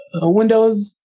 Windows